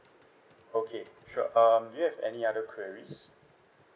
okay sure um do you have any other queries